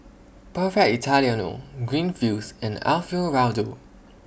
Perfect Italiano Greenfields and Alfio Raldo